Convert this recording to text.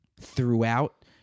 throughout